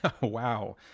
wow